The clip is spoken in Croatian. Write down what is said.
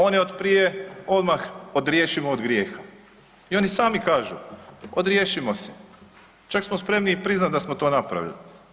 One od prije odmah odriješimo od grijeha i oni sami kažu odriješimo se čak smo spremni i priznati da smo to napravili.